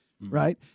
Right